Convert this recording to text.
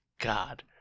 God